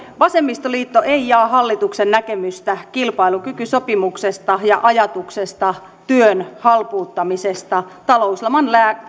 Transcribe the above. vasemmistoliitto ei jaa hallituksen näkemystä kilpailukykysopimuksesta ja ajatuksesta työn halpuuttamisesta talouslaman